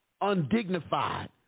undignified